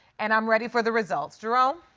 and i'm ready for the results. jerome.